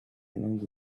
along